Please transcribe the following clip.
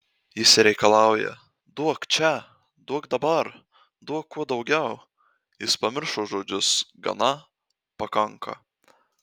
jis reikalauja duok čia duok dabar duok kuo daugiau jis pamiršo žodžius gana pakanka